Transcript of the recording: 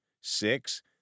Six